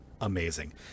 amazing